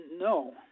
No